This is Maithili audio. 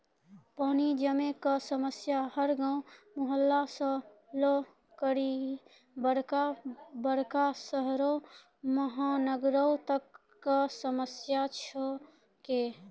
पानी जमै कॅ समस्या हर गांव, मुहल्ला सॅ लै करिकॅ बड़का बड़का शहरो महानगरों तक कॅ समस्या छै के